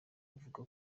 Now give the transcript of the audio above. avuga